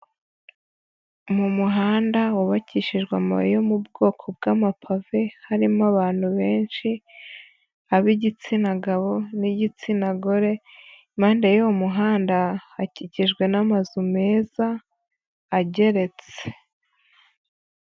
Mu muhanda wubakishijwe amabuye yo mu bwoko bw'amapave, harimo abantu benshi ab'igitsina gabo n'igitsina gore, impande y'uwo muhanda hakikijwe n'amazu meza ageretse.